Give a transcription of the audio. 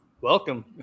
Welcome